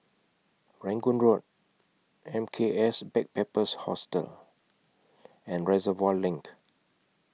Rangoon Road M K S Backpackers Hostel and Reservoir LINK